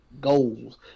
goals